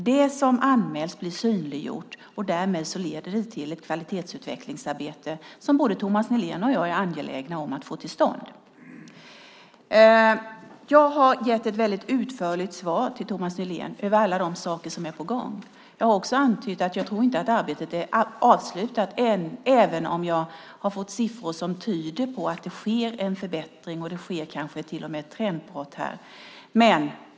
Det som anmäls blir synliggjort, vilket leder till det kvalitetsutvecklingsarbete som både Thomas Nihlén och jag är angelägna om att få till stånd. Jag har gett ett väldigt utförligt svar till Thomas Nihlén när det gäller alla de saker som är på gång. Jag har också antytt att jag inte tror att arbetet är avslutat, även om jag har fått siffror som tyder på att det sker en förbättring och kanske till och med ett trendbrott här.